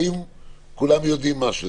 האם כולם יודעים מה זה,